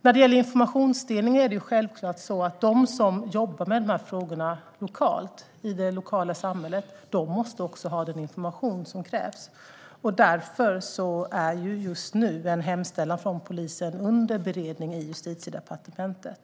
När det gäller informationsdelning måste självfallet de som jobbar med de här frågorna i det lokala samhället ha den information som krävs. Därför är just nu en hemställan från polisen under beredning i Justitiedepartementet.